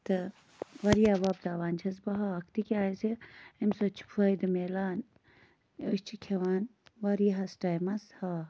تہٕ واریاہ وۄپداوان چھَس بہٕ ہاکھ تِکیٛازِ اَمہِ سۭتۍ چھُ فٲیدٕ مِلان أسۍ چھِ کھٮ۪وان واریاہَس ٹایمَس ہاکھ